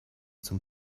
zum